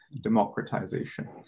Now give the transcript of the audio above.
democratization